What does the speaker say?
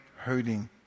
hurting